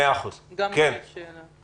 גם לי יש שאלה.